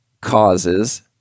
causes